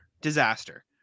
Disaster